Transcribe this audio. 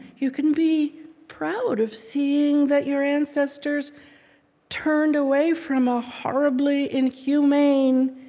you can be proud of seeing that your ancestors turned away from a horribly inhumane